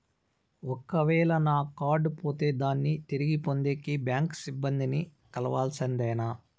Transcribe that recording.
ఒక వేల నా కార్డు పోతే దాన్ని తిరిగి పొందేకి, బ్యాంకు సిబ్బంది ని కలవాల్సిందేనా?